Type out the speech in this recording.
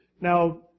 Now